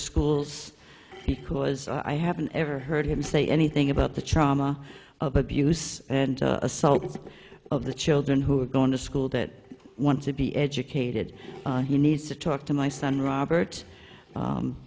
schools because i haven't ever heard him say anything about the trauma of abuse and assaults of the children who are going to school that want to be educated he needs to talk to my son robert